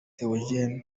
theogene